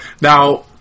now